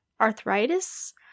arthritis